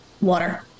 Water